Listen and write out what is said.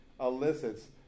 elicits